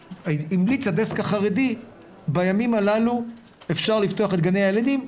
המליץ הדסק החרדי שאפשר לפתוח את גני הילדים בימים הללו,